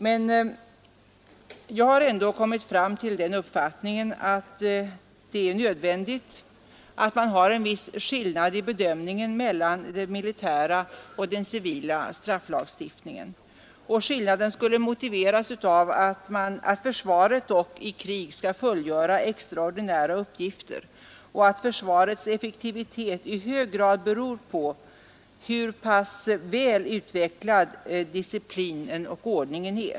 Men jag har ändå kommit fram till den uppfattningen att det är nödvändigt att ha en viss skillnad i bedömningen mellan den militära och den civila strafflagstiftningen. Skillnaden skulle motiveras av att försvaret i krig skulle fullgöra extraordinära uppgifter och att försvarets effektivitet i hög grad beror på hur pass väl utvecklad disciplinen och ordningen är.